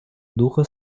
духа